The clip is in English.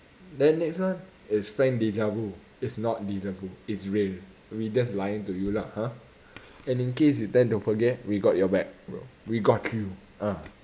then next one is drank deja vu it's not deja vu it's real we just lying to you lah ha and in case you tend to forget we got your back bro we got you ah